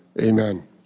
amen